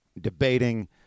debating